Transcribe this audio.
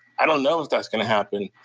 i don't know if that's going to happen.